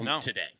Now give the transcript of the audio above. today